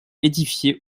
édifié